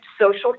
social